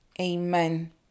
Amen